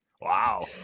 wow